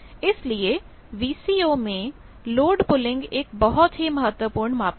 इसलिए VCO में load pulling एक बहुत ही महत्वपूर्ण मापदंड है